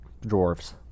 dwarves